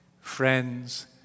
friends